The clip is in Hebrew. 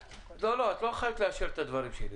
את לא חייבת לאשר את הדברים שלי.